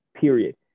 period